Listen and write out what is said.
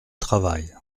travail